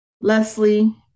Leslie